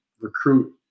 recruit